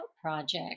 project